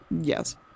Yes